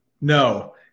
No